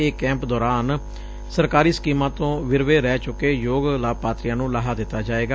ਇਸ ਕੈਂਪ ਦੌਰਾਨ ਸਰਕਾਰੀ ਸਕੀਮਾਂ ਤੋਂ ਵਿਰਵੇ ਰਹਿ ਚੁੱਕੇ ਯੋਗ ਲਾਭਪਾਤਰੀਆਂ ਨੂੰ ਲਾਹਾ ਦਿੱਤਾ ਜਾਵੇਗਾ